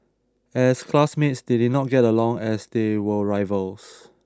as classmates they did not get along as they were rivals